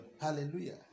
Hallelujah